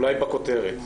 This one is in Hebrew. אולי בכותרת.